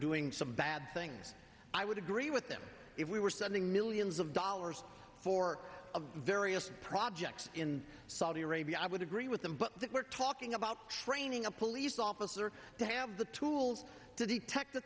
doing some bad things i would agree with them if we were sending millions of dollars for a various projects in saudi arabia i would agree with them but that we're talking about training a police officer to have the tools to detect